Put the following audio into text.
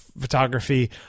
photography